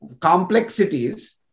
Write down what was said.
complexities